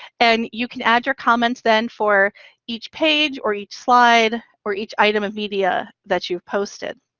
and you can add your comments then for each page or each slide or each item of media that you've posted.